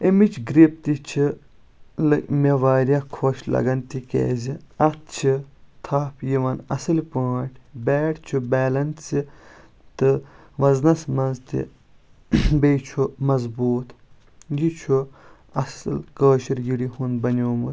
أمِچ گرِپ تہِ چھ مےٚ واریاہ خۄش لگان تِکیٛازِ اَتھ چھ تھپھ یِوان اَصلۍ پأٹھۍ بیٹ چھُ بیلنسہِ تہٕ وزنس منٛز تہِ بیٚیہِ چھُ مضبوٗط یہِ چھُ اَصل کأشِر یِرِ ہُنٛد بنیومُت